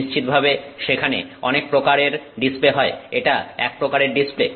নিশ্চিতভাবে সেখানে অনেক প্রকারের ডিসপ্লে হয় এটা এক প্রকারের ডিসপ্লে